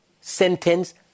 sentence